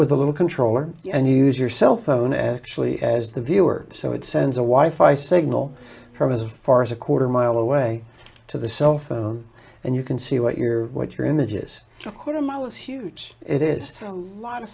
with a little controller and you use your cell phone actually as the viewer so it sends a wife i signal from as far as a quarter mile away to the cell phone and you can see what your what your images a quarter mile is huge it is a lot of